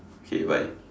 okay bye